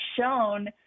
shown